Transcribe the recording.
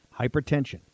Hypertension